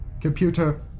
Computer